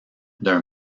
d’un